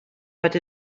but